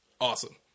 Awesome